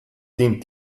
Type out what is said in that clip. teen